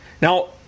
Now